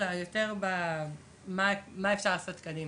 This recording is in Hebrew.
אלא יותר במה אפשר לעשות קדימה.